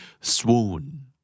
swoon